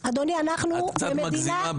את קצת מגזימה.